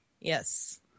yes